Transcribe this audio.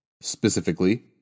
Specifically